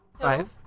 Five